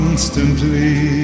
Constantly